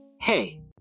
Hey